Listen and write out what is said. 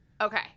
Okay